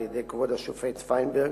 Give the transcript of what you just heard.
על-ידי כבוד השופט פיינברג,